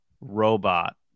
robot